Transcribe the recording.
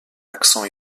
accent